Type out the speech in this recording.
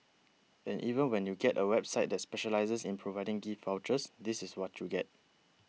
and even when you get a website that specialises in providing gift vouchers this is what you get